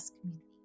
community